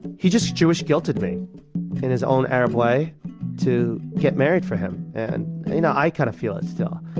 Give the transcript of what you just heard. he just jewish guilted me in his own arab way to get married for him. and you know, i kinda kind of feel it still.